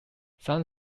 some